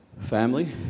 family